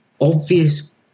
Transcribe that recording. obvious